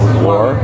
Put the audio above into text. war